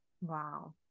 wow